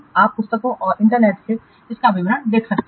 आप पुस्तकों और इंटर्नेट से विवरण देख सकते हैं